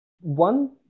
One